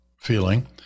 feeling